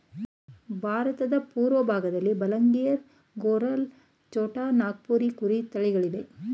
ಭಾರತದ ಪೂರ್ವಭಾಗದಲ್ಲಿ ಬಲಂಗಿರ್, ಗರೋಲ್, ಛೋಟಾ ನಾಗಪುರಿ ಕುರಿ ತಳಿಗಳಿವೆ